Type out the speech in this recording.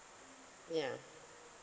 ya